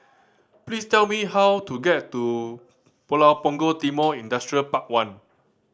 please tell me how to get to Pulau Punggol Timor Industrial Park One